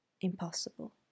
Impossible